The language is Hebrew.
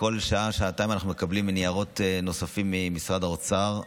כל שעה-שעתיים אנחנו מקבלים ניירות נוספים ממשרד האוצר.